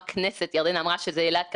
אני מודה לכם על העבודה הזאת.